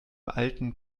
alten